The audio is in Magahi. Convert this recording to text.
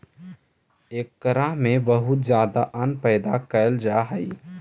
एकरा में बहुत ज्यादा अन्न पैदा कैल जा हइ